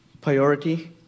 Priority